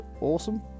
awesome